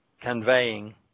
conveying